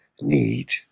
need